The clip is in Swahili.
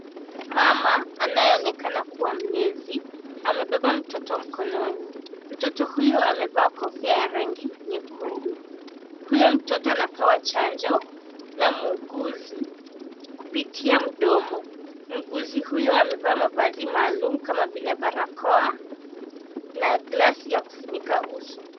Mama anayeonekana kuwa mlezi amebeba mtoto mkononi. Mtoto huyo amevaa kofia ya rangi nyekundu. Huyo mtoto anapewa chanjo na muuguzi kupitia mdomo. Muuguzi huyo amevaa mavazi maalum kama vile barakoa na {cs}glasi {cs} ya kufunika uso.